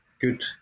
good